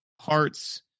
hearts